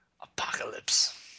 Apocalypse